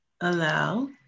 Allow